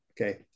Okay